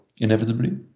inevitably